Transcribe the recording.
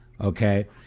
Okay